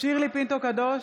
שירלי פינטו קדוש,